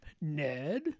Ned